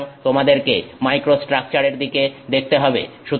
সুতরাং তোমাদেরকে মাইক্রোস্ট্রাকচারের দিকে দেখতে হবে